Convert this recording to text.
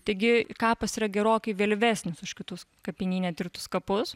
taigi kapas yra gerokai vėlyvesnis už kitus kapinyne tirtus kapus